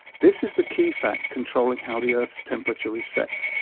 this is the key fact controlling how the earth's temperature is set.